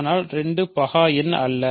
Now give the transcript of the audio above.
ஆனால் 2 பகா எண் அல்ல